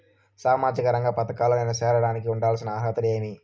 సామాజిక రంగ పథకాల్లో నేను చేరడానికి ఉండాల్సిన అర్హతలు ఏమి?